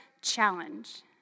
challenge